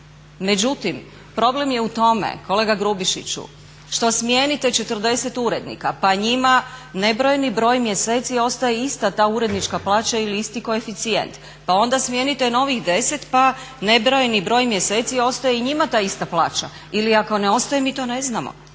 Međutim, problem je u tome kolega Grubišiću što smijenite 40 urednika pa njima nebrojeni broj mjeseci ostaje ista ta urednička plaća ili isti koeficijent. Pa onda smijenite novih 10 pa nebrojeni broj mjeseci ostaje i njima ta ista plaća ili ako ne ostaje mi to ne znamo.